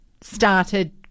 started